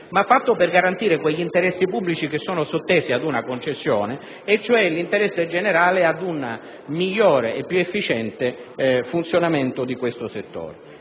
ma per garantire gli interessi pubblici sottesi ad una concessione, cioè l'interesse generale ad un migliore e più efficiente funzionamento del settore.